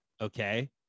Okay